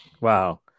Wow